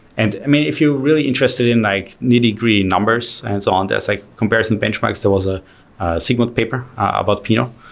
and i mean, if you're really interested in like nitty-gritty numbers and so on, there's like comparison benchmarks, there was a segment paper about pinot.